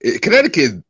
Connecticut